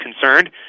concerned